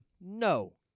No